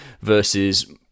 versus